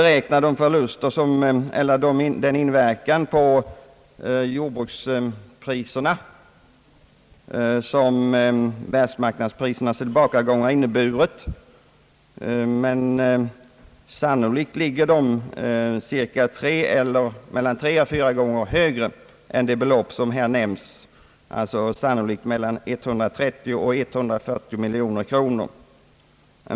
Det är som sagt ganska svårt att beräkna den inverkan på jordbrukspriserna, som världsmarknadsprisernas tillbakagång inneburit, men sannolikt är dessa förluster minst tre till fyra gånger större än det belopp som här skall lämnas kompensation för; förlusterna uppgår troligen till 130—140 miljoner kronor.